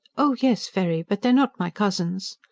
oh, yes, very. but they are not my cousins.